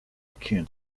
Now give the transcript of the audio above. akin